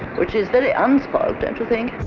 which is very unspoilt, don't you think?